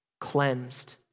cleansed